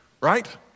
right